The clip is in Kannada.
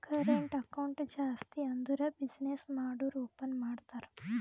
ಕರೆಂಟ್ ಅಕೌಂಟ್ ಜಾಸ್ತಿ ಅಂದುರ್ ಬಿಸಿನ್ನೆಸ್ ಮಾಡೂರು ಓಪನ್ ಮಾಡ್ತಾರ